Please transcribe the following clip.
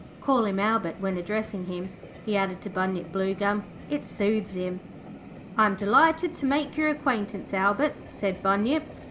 call him albert when addressing him he added to bunyip bluegum. it soothes him i am delighted to make your acquaintance, albert said bunyip.